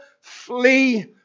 flee